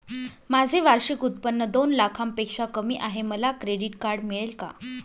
माझे वार्षिक उत्त्पन्न दोन लाखांपेक्षा कमी आहे, मला क्रेडिट कार्ड मिळेल का?